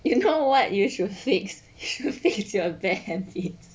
you know what you should fix should fix your bad habits